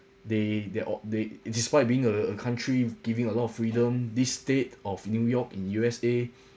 they they all they despite being a a country giving a lot of freedom this state of new york in U_S_A